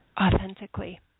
authentically